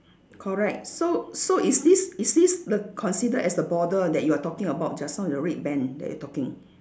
correct so so is this is this the considered as the border that you are talking about just now the red band that you talking